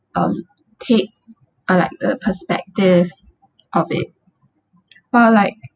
um take or like a perspective of it while like